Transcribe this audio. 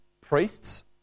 priests